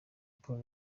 paul